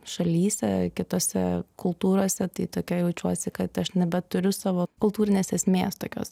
šalyse kitose kultūrose tai tokia jaučiuosi kad aš nebeturiu savo kultūrinės esmės tokios